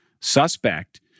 suspect